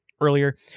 earlier